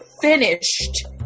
finished